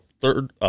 third